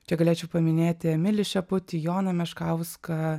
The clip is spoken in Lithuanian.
čia galėčiau paminėti emilį šeputį joną meškauską